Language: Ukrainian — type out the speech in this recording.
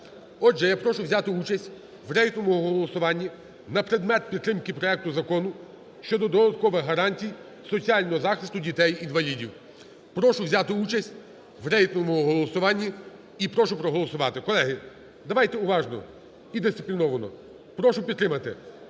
Отже, я прошу взяти участь в рейтинговому голосуванні на предмет підтримки проекту Закону щодо додаткових гарантій соціального захисту дітей-інвалідів. Прошу взяти участь в рейтинговому голосуванні і прошу проголосувати. Колеги, давайте уважно і дисципліновано. Прошу підтримати,